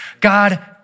God